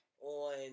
on